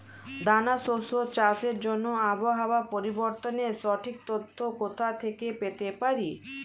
দানা শস্য চাষের জন্য আবহাওয়া পরিবর্তনের সঠিক তথ্য কোথা থেকে পেতে পারি?